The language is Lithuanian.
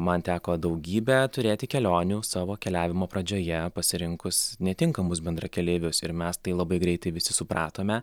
man teko daugybę turėti kelionių savo keliavimo pradžioje pasirinkus netinkamus bendrakeleivius ir mes tai labai greitai visi supratome